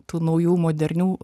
tų naujų modernių